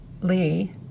Lee